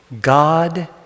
God